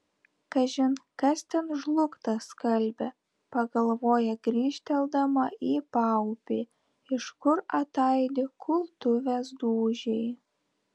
kažin kas ten žlugtą skalbia pagalvoja grįžteldama į paupį iš kur ataidi kultuvės dūžiai